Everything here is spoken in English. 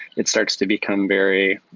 it starts to become very,